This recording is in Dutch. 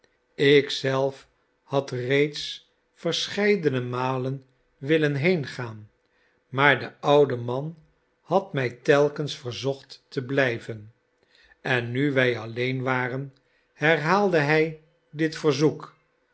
zelf had reeds verscheidene malen willen heengaan maar de oude man had mij telkens verzocht te blijven en nu wij alleen waren herhaalde hij dit verzoek